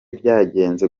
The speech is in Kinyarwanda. byagenze